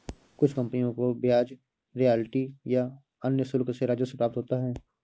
कुछ कंपनियों को ब्याज रॉयल्टी या अन्य शुल्क से राजस्व प्राप्त होता है